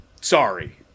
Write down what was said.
Sorry